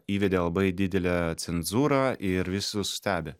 įvedė labai didelę cenzūrą ir visus stebi